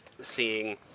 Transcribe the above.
seeing